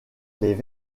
les